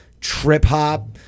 trip-hop